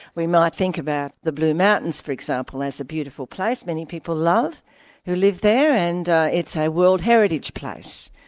we might think about the blue mountains, for example, as a beautiful place many people love who live there, and it's a world heritage place.